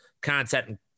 content